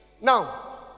Now